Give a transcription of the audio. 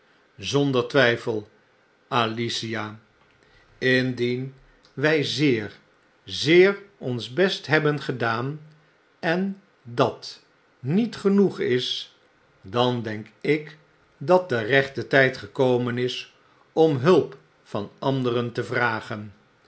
zonder twjjfel alicia indien wij zeer zeer ons best hebben gedaan en dat niet genoeg is dan denk ik dat de rechte tjjd gekomen is om hulp van anderen te vragen